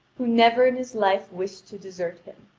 who never in his life wished to desert him.